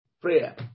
prayer